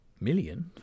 Million